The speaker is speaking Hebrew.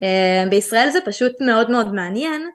בישראל זה פשוט מאוד מאוד מעניין.